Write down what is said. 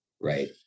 right